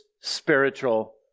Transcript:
spiritual